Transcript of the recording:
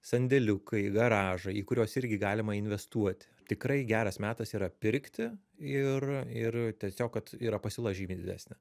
sandėliukai garažai į kuriuos irgi galima investuoti tikrai geras metas yra pirkti ir ir tiesiog kad yra pasiūla žymiai didesnė